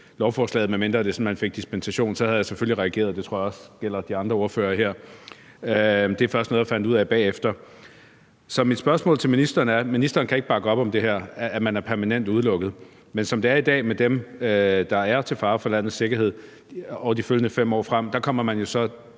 medmindre man simpelt hen fik dispensation, så havde jeg selvfølgelig reageret. Det tror jeg også gælder de andre ordførere her. Det er først noget, jeg fandt ud af bagefter. Så mit spørgsmål til ministeren er: Ministeren kan ikke bakke op om, at man er permanent udelukket, men som det er i dag med dem, der er til fare for landets sikkerhed de følgende 5 år, kommer man jo så